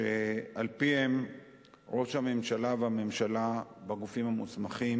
שעל-פיהם ראש הממשלה והממשלה והגופים המוסמכים